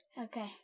Okay